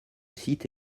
site